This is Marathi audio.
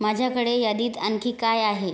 माझ्याकडे यादीत आणखी काय आहे